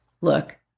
look